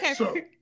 Okay